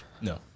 No